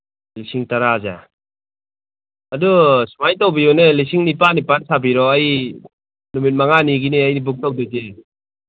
ꯂꯤꯁꯤꯡ ꯇꯔꯥꯁꯦ ꯑꯗꯨ ꯁꯨꯃꯥꯏꯅ ꯇꯧꯕꯤꯌꯨꯅꯦ ꯂꯤꯁꯤꯡ ꯅꯤꯄꯥꯟ ꯅꯤꯄꯥꯟ ꯁꯥꯕꯤꯔꯣ ꯑꯩ ꯅꯨꯃꯤꯠ ꯃꯉꯥꯅꯤꯒꯤꯅꯤ ꯑꯩꯗꯤ ꯕꯨꯛ ꯇꯧꯗꯣꯏꯁꯦ